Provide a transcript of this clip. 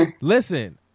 listen